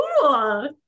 cool